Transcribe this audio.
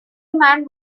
man